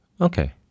Okay